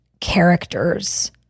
characters